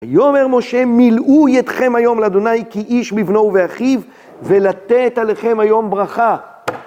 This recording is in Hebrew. ויאמר משה מילאו אתכם היום לאדוני כי איש מבנו ואחיו ולתת עליכם היום ברכה